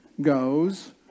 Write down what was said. goes